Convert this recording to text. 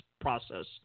process